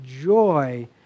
joy